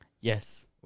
Yes